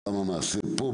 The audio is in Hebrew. עולם המעשה פה,